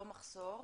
לא מחסור.